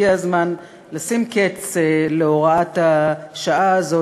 הגיע הזמן לשים קץ להוראת השעה הזאת,